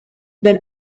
than